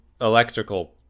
electrical